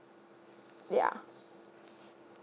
yeah